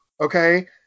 okay